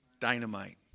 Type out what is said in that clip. Dynamite